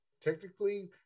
technically